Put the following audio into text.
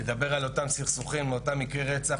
נדבר על אותם סכסוכים ואותם מקרי רצח,